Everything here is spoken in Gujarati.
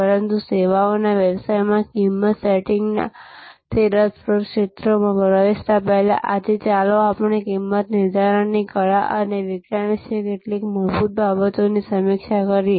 પરંતુ સેવાઓના વ્યવસાયમાં કિંમત સેટિંગના તે રસપ્રદ ક્ષેત્રોમાં પ્રવેશતા પહેલા ચાલો આજે આપણે કિંમત નિર્ધારણની કળા અને વિજ્ઞાન વિશે કેટલીક મૂળભૂત બાબતોની સમીક્ષા કરીએ